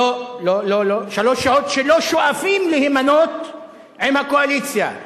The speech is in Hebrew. שלוש סיעות שלא שואפות להימנות עם הקואליציה.